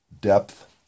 depth